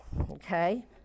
okay